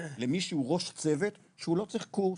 למי שהוא ראש צוות שהוא לא צריך קורס,